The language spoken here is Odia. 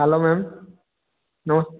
hello ma'am